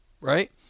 right